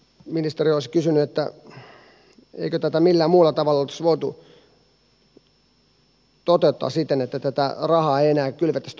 ministeri olisin kysynyt eikö tätä millään muulla tavalla olisi voitu toteuttaa siten että tätä rahaa ei enää kylvettäisi tuonne maaperään